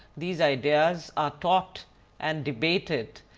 these ideas are taught and debated,